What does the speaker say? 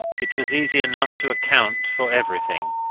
it was easy enough to account for everything.